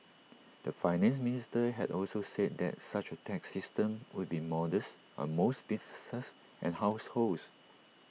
the Finance Minister had also said that such A tax system would be modest on most businesses and households